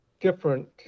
different